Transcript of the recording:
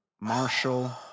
Marshall